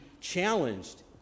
challenged